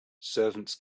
servants